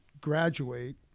graduate